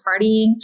partying